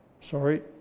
sorry